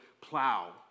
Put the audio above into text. plow